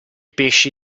pesci